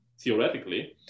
theoretically